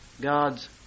God's